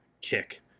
kick